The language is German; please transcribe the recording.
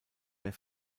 mehr